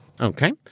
Okay